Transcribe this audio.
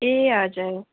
ए हजुर